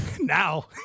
Now